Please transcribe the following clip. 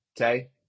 Okay